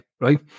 right